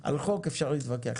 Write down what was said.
על חוק אפשר להתווכח,